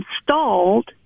installed